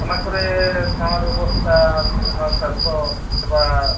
ᱚᱱᱟ ᱠᱚᱨᱮᱜ ᱥᱟᱶᱟᱨ ᱵᱮᱵᱚᱥᱛᱷᱟ ᱚᱱᱟ ᱥᱟᱥᱛᱷᱚ ᱥᱮᱵᱟ